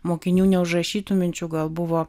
mokinių neužrašytų minčių gal buvo